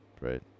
right